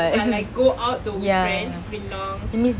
but like go out though with friends it's been long